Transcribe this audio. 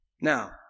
Now